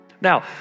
Now